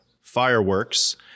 fireworks